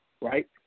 Right